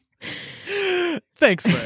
thanks